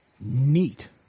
Neat